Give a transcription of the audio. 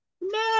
No